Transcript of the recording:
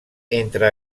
entre